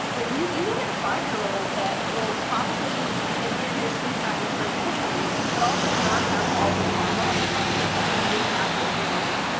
but you can get a five year old that will probably adhere to your sleep habits very quickly, but also not have all the drama of a puppy and maybe not be overwhelming.